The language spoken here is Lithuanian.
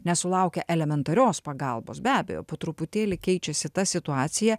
nesulaukia elementarios pagalbos be abejo po truputėlį keičiasi ta situacija